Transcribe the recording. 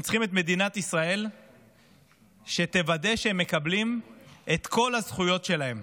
הם צריכים את מדינת ישראל שתוודא שהם מקבלים את כל הזכויות שלהם,